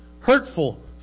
Hurtful